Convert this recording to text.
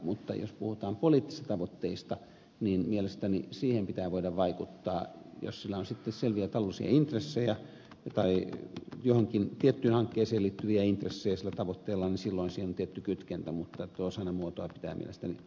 mutta jos puhutaan poliittisista tavoitteista niin mielestäni siihen pitää voida vaikuttaa ja jos sillä tavoitteella on sitten selviä taloudellisia intressejä tai johonkin tiettyyn hankkeeseen liittyviä intressejä niin silloin siinä on tietty kytkentä mutta tuota sanamuotoa pitää mielestäni harkita